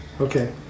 Okay